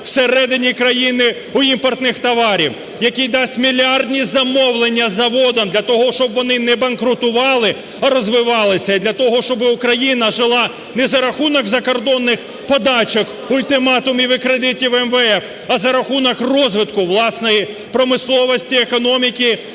всередині країни в імпортних товарів, який дасть мільярдні замовлення заводам для того, щоб вони не банкрутувати, а розвивалися і для того, щоби Україна жила не за рахунок закордонних подачок, ультиматумів і кредитів МВФ, а за рахунок розвитку власної промисловості, економіки